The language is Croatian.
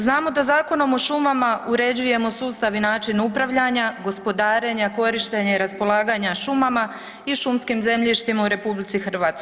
Znamo da Zakonom o šumama uređujemo sustav i način upravljanja, gospodarenja, korištenja i raspolaganja šumama i šumskim zemljištima u RH.